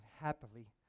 happily